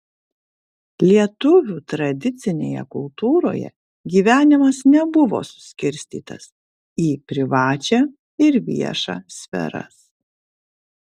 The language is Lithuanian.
lietuvių tradicinėje kultūroje gyvenimas nebuvo suskirstytas į privačią ir viešą sferas